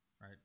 right